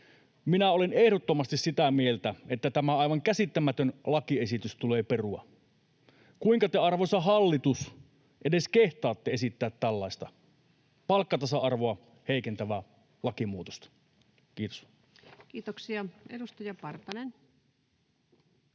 Minä olen ehdottomasti sitä mieltä, että tämä aivan käsittämätön lakiesitys tulee perua. Kuinka te, arvoisa hallitus, edes kehtaatte esittää tällaista palkkatasa-arvoa heikentävää lakimuutosta? — Kiitos. [Speech